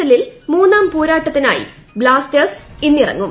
എല്ലിൽ മൂന്നാം പോരാട്ടത്തിനായി ബ്ലാസ്റ്റേഴ്സ് ഇന്നിറങ്ങും